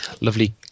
lovely